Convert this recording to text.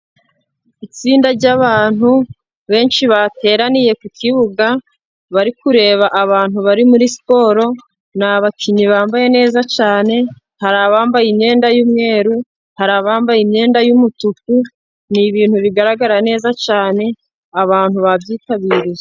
Itsinda ry'abantu benshi bateraniye ku kibuga bari kureba abantu bari muri siporo, ni abakinnyi bambaye neza cyane hari abambaye imyenda y'umweru, hari abambaye imyenda y'umutuku, ni ibintu bigaragara neza cyane abantu babyitabiriye.